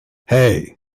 hey